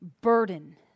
burden